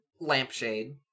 lampshade